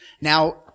Now